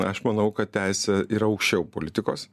aš manau kad teisė yra aukščiau politikos